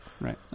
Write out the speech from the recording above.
Right